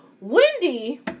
Wendy